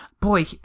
Boy